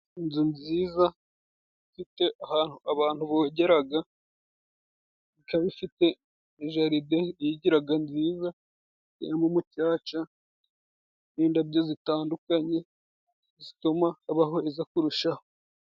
Inzu nziza ifite ahantu abantu bogeraga, ikaba ifite jaride iyigiraga nziza ya mu mucaca, n'indabyo zitandukanye zituma haba heza kurushaho.